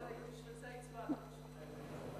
הלוא בשביל זה הצבעת בשבילם,